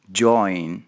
join